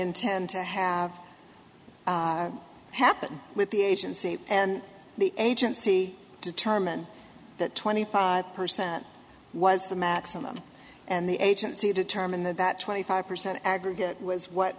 intend to have happen with the agency and the agency determine that twenty percent was the maximum and the agency determined that that twenty five percent aggregate was what